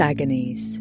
Agonies